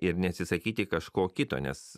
ir neatsisakyti kažko kito nes